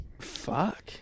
Fuck